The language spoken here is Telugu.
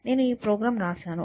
నేను ఈ ప్రోగ్రామ్ వ్రాసాను